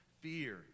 Fear